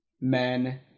men